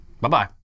Bye-bye